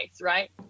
Right